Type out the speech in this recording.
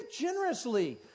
generously